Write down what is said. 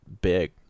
big